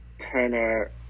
Turner